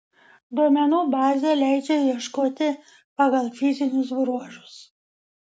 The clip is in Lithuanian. duomenų bazė leidžia ieškoti pagal fizinius bruožus